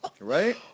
Right